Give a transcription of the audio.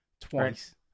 twice